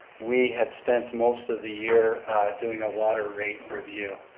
we had spent most of the year doing a water rate review.